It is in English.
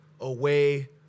away